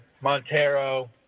Montero